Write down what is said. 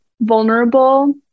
vulnerable